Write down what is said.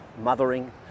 mothering